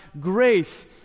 grace